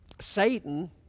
Satan